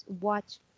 watch